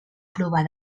provar